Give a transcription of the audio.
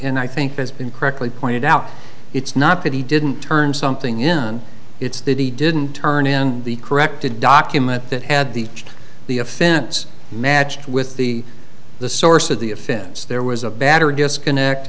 and i think has been correctly pointed out it's not that he didn't turn something in it's that he didn't turn in the corrected document that had the the offense matched with the the source of the offense there was a battery disconnect